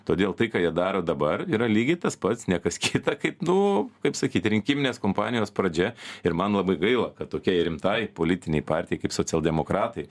todėl tai ką jie daro dabar yra lygiai tas pats ne kas kita kaip nu kaip sakyti rinkiminės kompanijos pradžia ir man labai gaila kad tokiai rimtai politinei partijai kaip socialdemokratai